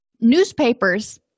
newspapers